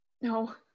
No